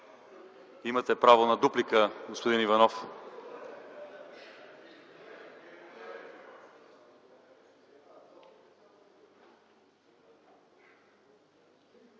Имате право на дуплика, господин Иванов.